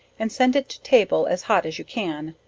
and send it to table as hot as you can.